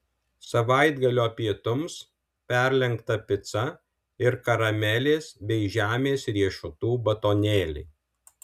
savaitgalio pietums perlenkta pica ir karamelės bei žemės riešutų batonėliai